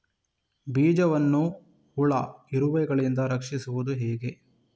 ಬೀಜವನ್ನು ಹುಳ, ಇರುವೆಗಳಿಂದ ರಕ್ಷಿಸುವುದು ಹೇಗೆ?